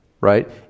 right